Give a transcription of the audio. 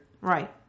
Right